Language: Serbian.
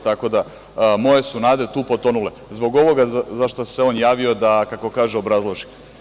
Tako da, moje su nade tu potonule, zbog ovoga za šta se on javio, kako kaže da obrazloži.